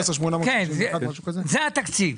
זה התקציב.